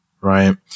Right